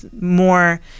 more